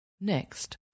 Next